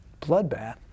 bloodbath